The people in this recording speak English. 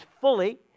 fully